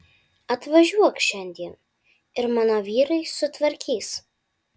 atvažiuok šiandien ir mano vyrai sutvarkys